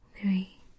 three